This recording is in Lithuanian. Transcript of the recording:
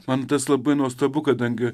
man tas labai nuostabu kadangi